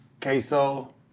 queso